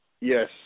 Yes